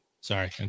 sorry